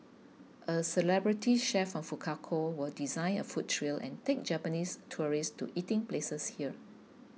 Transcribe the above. a celebrity chef from Fukuoka will design a food trail and take Japanese tourists to eating places here